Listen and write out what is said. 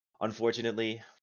Unfortunately